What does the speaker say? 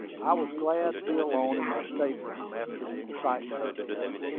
i was glad to be alone in my state-room, after the excitement of the day.